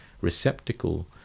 receptacle